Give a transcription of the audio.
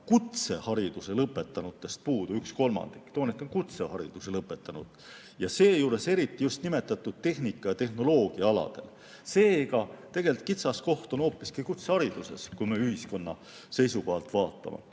kutsehariduse lõpetanuid puudu kolmandik, toonitan, kutsehariduse lõpetanuid, seejuures eriti just nimetatud tehnika‑ ja tehnoloogiaaladel. Seega, kitsaskoht on hoopiski kutsehariduses, kui me ühiskonna seisukohalt vaatame.